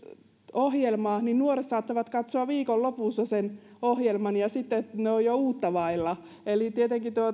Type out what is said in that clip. ohjelmaa niin nuoret saattavat katsoa viikonlopussa sen ohjelman ja sitten he ovat jo uutta vailla eli tietenkin